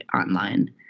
online